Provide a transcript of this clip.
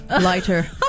lighter